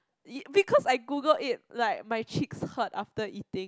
it because I Google it like my cheeks hurt after eating